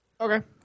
Okay